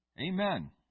Amen